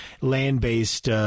land-based